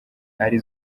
ari